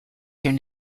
their